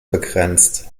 begrenzt